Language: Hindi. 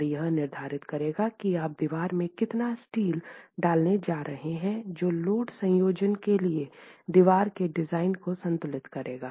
और यह निर्धारित करेगा की आप दीवार में कितना स्टील डालने जा रहे हैं जो लोड संयोजन के लिए दीवार के डिज़ाइन को संतुष्ट करेगा